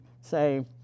say